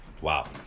Wow